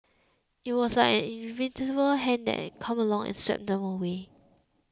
it was like an invisible hand come along and swept them away